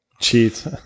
cheat